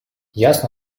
ясно